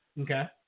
okay